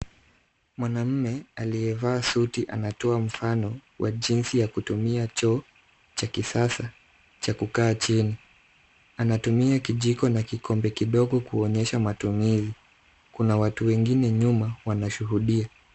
Mwanamume aliyevaa suti anatoa mfano wa jinsi ya kutumia choo cha kisasa cha kukaa chini. Anatumia kijiko na kikombe kidogo kuonyesha matumizi. Kuna watu wengine nyuma wanashuhudia.